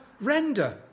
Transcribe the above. render